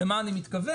למה אני מתכוון?